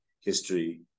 history